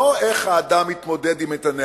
לא איך האדם מתמודד עם איתני